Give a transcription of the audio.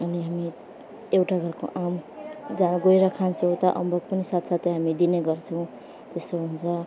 अनि हामी एउटा घरको आँप जा गएर खान्छौँ त अम्बक पनि साथसाथै हामी दिने गर्छौँ त्यस्तो हुन्छ